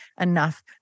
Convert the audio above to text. enough